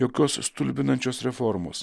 jokios stulbinančios reformos